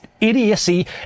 idiocy